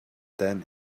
then